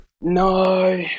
No